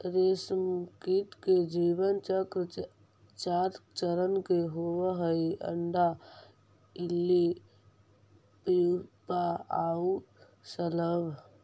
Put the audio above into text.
रेशमकीट के जीवन चक्र चार चरण के होवऽ हइ, अण्डा, इल्ली, प्यूपा आउ शलभ